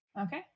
Okay